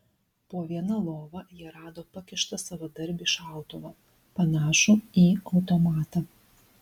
po viena lova jie rado pakištą savadarbį šautuvą panašų į automatą